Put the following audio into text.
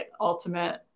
ultimate